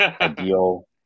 ideal